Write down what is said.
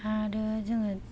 आरो जोङो